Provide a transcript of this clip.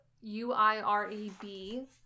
U-I-R-E-B